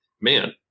man